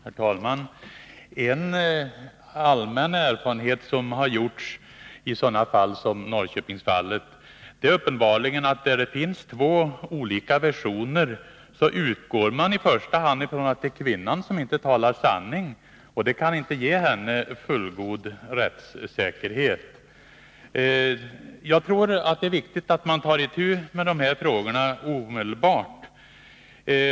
Herr talman! En allmän erfarenhet som har gjorts i sådana fall som Norrköpingsfallet är att där det finns två olika versioner utgår man uppenbarligen i första hand från att det är kvinnan som inte talar sanning. Det kan inte ge henne fullgod rättssäkerhet. Jag tror att det är viktigt att man tar itu med de här frågorna omedelbart.